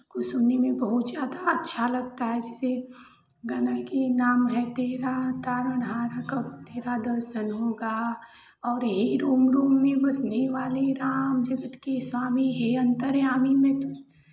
को सुनने में बहुत ज़्यादा अच्छा लगता है जैसे गाना के नाम है तेरा तारण हार कब तेरा दर्शन होगा और हे रोम रोम में बसने वाले राम जगत के स्वामी हे अन्तर्यामी मैं तुझसे